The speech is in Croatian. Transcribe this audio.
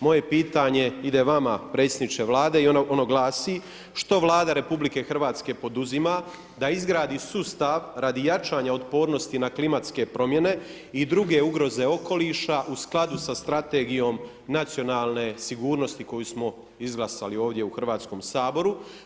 Moje pitanje ide vama predsjedniče Vlade i ono glasi: što Vlada RH poduzima da izgradi sustav radi jačanja otpornosti na klimatske promjene i druge ugroze okoliša u skladu sa strategijom nacionalne sigurnosti koju smo izglasali ovdje u Hrvatskom saboru?